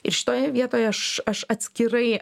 ir šitoje vietoje aš aš atskirai